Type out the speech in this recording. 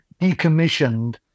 decommissioned